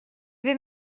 vais